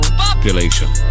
population